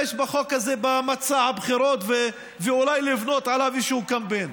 בחוק הזה במצע הבחירות ואולי לבנות עליו איזשהו קמפיין.